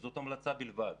מדובר בהמלצה בלבד,